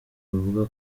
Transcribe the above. bavuga